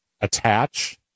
attach